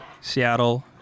Seattle